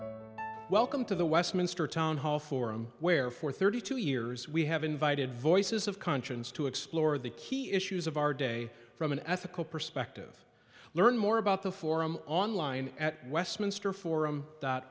welcome to the westminster town hall forum where for thirty two years we have invited voices of conscience to explore the key issues of our day from an ethical perspective learn more about the forum online at westminster forum dot